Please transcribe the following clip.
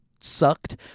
sucked